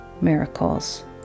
miracles